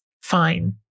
fine